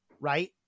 right